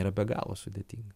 yra be galo sudėtinga